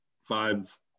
five